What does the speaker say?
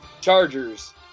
Chargers